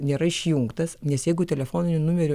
nėra išjungtas nes jeigu telefoniniu numeriu